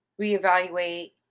reevaluate